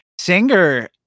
singer